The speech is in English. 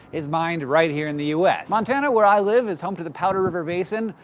is mined right here in the u s. montana, where i live, is home to the powder river basin,